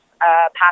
passed